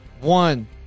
one